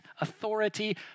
authority